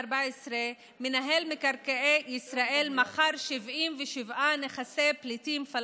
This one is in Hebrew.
מינהל מקרקעי ישראל מכר 77 נכסי פליטים פלסטינים,